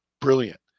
brilliant